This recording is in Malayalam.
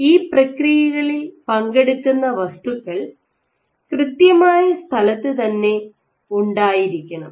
ഈ പ്രക്രിയകളിൽ പങ്കെടുക്കുന്ന വസ്തുക്കൾ കൃത്യമായ സ്ഥലത്ത് തന്നെ ഉണ്ടായിരിക്കണം